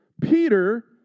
Peter